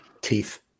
teeth